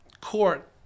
court